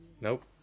nope